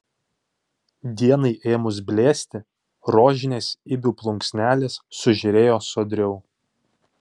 dienai ėmus blėsti rožinės ibių plunksnelės sužėrėjo sodriau